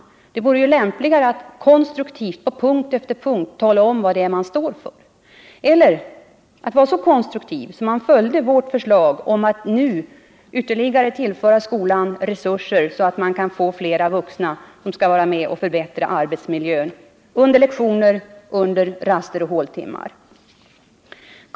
Det är lämpligare att konstruktivt, punkt efter punkt, tala om vad det är man står för eller att vara så konstruktiv att man följer vårt förslag att nu tillföra skolan ytterligare resurser, så att fler vuxna kan vara med och förbättra arbetsmiljön under lektioner, raster och håltimmar.